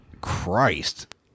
Christ